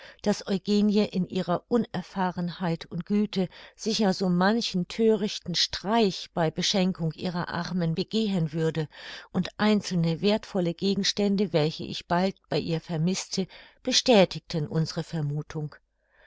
daß eugenie in ihrer unerfahrenheit und güte sicher so manchen thörichten streich bei beschenkung ihrer armen begehen würde und einzelne werthvolle gegenstände welche ich bald bei ihr vermißte bestätigten unsere vermuthung